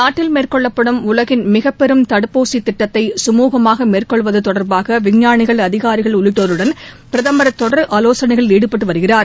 நாட்டில் மேற்கொள்ளப்படும் உலகின் மிகப்பெரும் தடுப்பூசித் திட்டத்தை சுமுகமாக மேற்கொள்வது தொடர்பாக விஞ்ஞானிகள் அதிகாரிகள் உள்ளிட்டோருடன் பிரதமர் தொடர் ஆலோசனைகளில் ஈடுபட்டு வருகிறார்